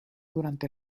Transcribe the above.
durante